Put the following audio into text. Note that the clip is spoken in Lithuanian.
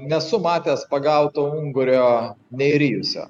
nesu matęs pagauto ungurio neįrijusio